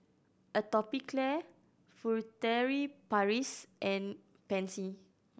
Atopiclair Furtere Paris and Pansy